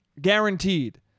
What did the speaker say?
Guaranteed